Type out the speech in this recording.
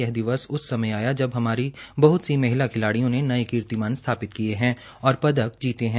यह दिवस उस समय आया जब हमारी बहत सी महिला खिलाडियों ने नये कीर्तिमान स्थापित किये है और पदक जीते है